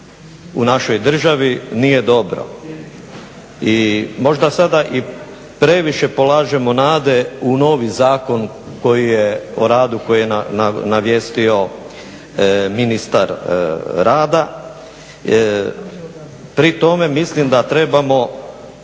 u našoj državi nije dobro. I možda sada i previše polažemo nade u novi Zakon koji je, o radu, koji je navijestio ministar rada. Pri tome mislim da trebamo